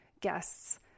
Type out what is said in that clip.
guests